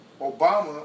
Obama